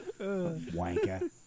Wanker